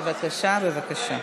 בבקשה.